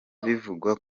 bivugwa